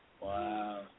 Wow